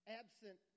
absent